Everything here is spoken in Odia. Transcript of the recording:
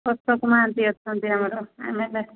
ଅଶୋକ ମହାନ୍ତି ଅଛନ୍ତି ଆମର ଏମ୍ ଏଲ୍ ଏ